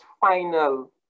final